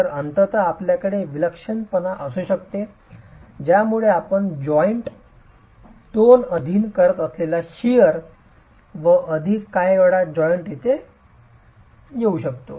तर अंततः आपल्याकडे विक्षिप्तपणा असू शकते ज्यामुळे आपण जॉइंट दोन अधीन करत असलेल्या शिअर कतरण शक्ती व काही वेळा जॉइंट येथे येऊ शकते